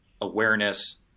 awareness